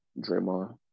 Draymond